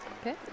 Okay